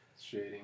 shading